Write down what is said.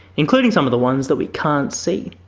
including some of the ones that we can't see,